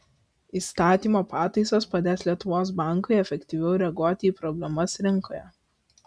įstatymo pataisos padės lietuvos bankui efektyviau reaguoti į problemas rinkoje